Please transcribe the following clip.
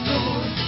Lord